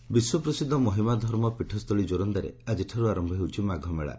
ଯୋର ବିଶ୍ୱପ୍ରସିଦ୍ଧ ମହିମା ଧର୍ମ ପୀଠସ୍ତ୍ରଳୀ ଯୋରନ୍ଦାରେ ଆଜିଠାର୍ ଆରର୍ମ ହେଉଛି ମାଘମେଳା